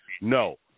No